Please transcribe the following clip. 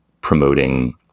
promoting